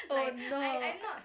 oh no